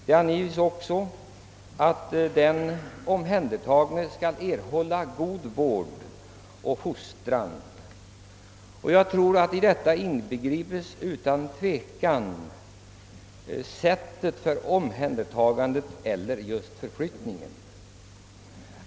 Det anges också att den för vård omhändertagne skall erhålla god vård och fostran, och i detta inbegripes utan tvivel även sättet för omhändertagandet eller just förflyttningen.